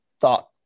thought